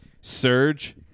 Surge